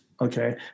okay